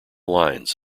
lines